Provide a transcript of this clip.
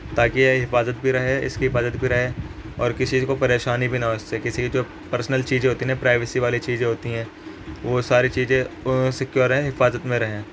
تاکہ یہ حفاظت بھی رہے اس کی حفاظت بھی رہے اور کسی کو پریشانی بھی نہ ہو اس سے کسی کی جو پرسنل چیزیں ہوتی ہیں پرائیویسی والی چیزیں ہوتی ہیں وہ بھی ساری چیزیں سکیور رہیں حفاظت میں رہیں